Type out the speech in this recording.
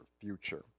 future